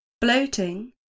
bloating